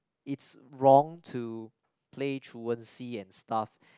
it's wrong to play truancy and stuff